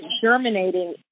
germinating